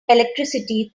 electricity